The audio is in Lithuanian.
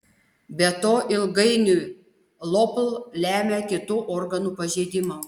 be to ilgainiui lopl lemia kitų organų pažeidimą